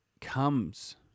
comes